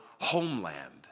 homeland